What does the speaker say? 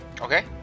Okay